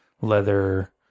leather